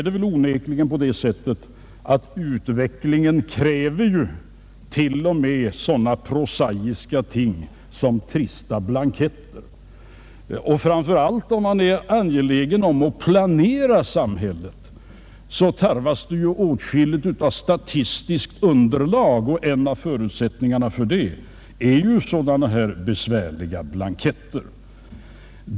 Det är onekligen så att utvecklingen kräver t.o.m. sådana prosaiska ting som trista blanketter. Framför allt om man är angelägen att planera samhället tarvas åtskilligt av statistiskt underlag och en av förutsättningarna för det är ju sådana här besvärliga blanketter.